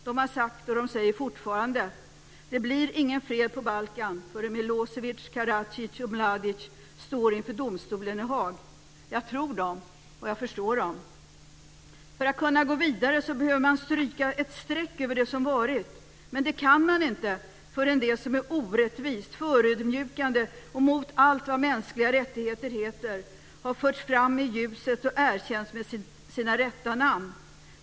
De har sagt och säger fortfarande: "Det blir ingen fred på Balkan förrän Milosevic, Karad ic och Mladic står inför domstolen i Haag." Jag tror dem, och jag förstår dem. För att kunna gå vidare behöver man stryka ett streck över det som varit. Men det kan man inte förrän det som är orättvist, förödmjukande och mot allt vad mänskliga rättigheter heter har förts fram i ljuset och erkänts med sina rätta namn.